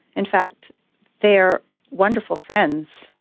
in fact they are wonderful friends.